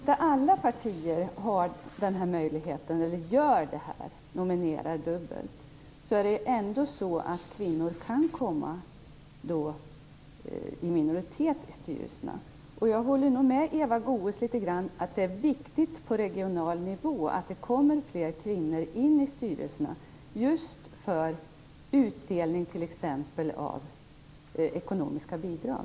Herr talman! Om inte alla partier nominerar dubbelt, kan kvinnor ändå komma i minoritet i styrelserna. Jag håller nog med Eva Goës litet grand om att det är viktigt att det på regional nivå kommer in fler kvinnor i styrelserna just för utdelning av t.ex. ekonomiska bidrag.